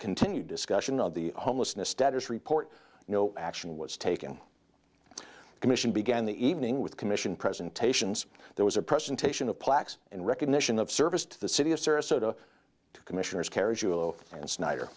continued discussion of the homelessness status report no action was taken the commission began the evening with commission presentations there was a presentation of plaques and recognition of service to the city of sarasota to commissioners kerry jewel and snyder